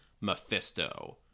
Mephisto